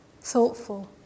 thoughtful